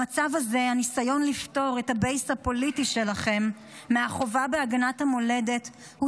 במצב הזה הניסיון לפטור את הבייס הפוליטי שלכם מהחובה להגנת המולדת הוא